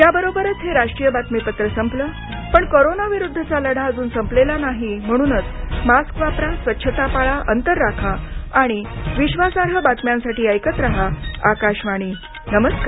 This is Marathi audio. याबरोबरच हे राष्ट्रीय बातमीपत्र संपलं पण कोरोनाविरुद्धचा लढा अजून संपलेला नाही म्हणूनच मास्क वापरा स्वच्छता पाळा अंतर राखा आणि विश्वासार्ह बातम्यांसाठी ऐकत रहा आकाशवाणी नमस्कार